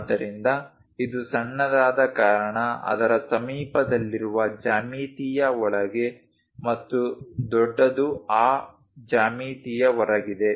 ಆದ್ದರಿಂದ ಇದು ಸಣ್ಣದಾದ ಕಾರಣ ಅದರ ಸಮೀಪದಲ್ಲಿರುವ ಜ್ಯಾಮಿತಿಯ ಒಳಗೆ ಮತ್ತು ದೊಡ್ಡದು ಆ ಜ್ಯಾಮಿತಿಯ ಹೊರಗಿದೆ